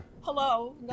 Hello